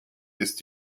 ist